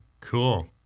Cool